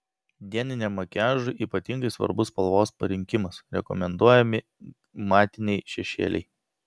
dieniniam makiažui ypatingai svarbus spalvos parinkimas rekomenduojami matiniai šešėliai